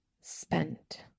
spent